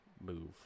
move